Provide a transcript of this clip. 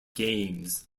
games